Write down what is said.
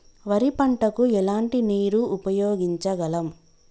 వరి పంట కు ఎలాంటి నీరు ఉపయోగించగలం?